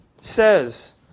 says